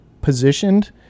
positioned